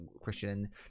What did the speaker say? christian